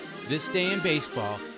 thisdayinbaseball